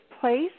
place